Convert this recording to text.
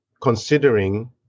considering